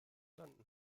landen